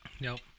Nope